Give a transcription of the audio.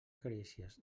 carícies